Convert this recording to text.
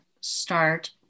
start